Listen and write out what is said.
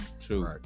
true